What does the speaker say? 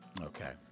Okay